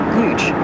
huge